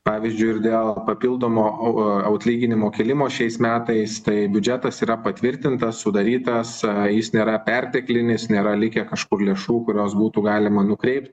pavyzdžiui ir dėl papildomo atlyginimų kėlimo šiais metais tai biudžetas yra patvirtintas sudarytas jis nėra perteklinis nėra likę kažkur lėšų kurios būtų galima nukreipt